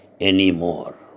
anymore